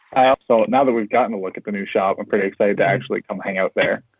so now that we've gotten a look at the new shop, i'm pretty excited to actually come hang out there.